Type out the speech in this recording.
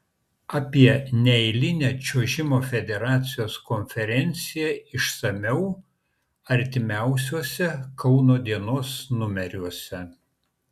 apie neeilinę čiuožimo federacijos konferenciją išsamiau artimiausiuose kauno dienos numeriuose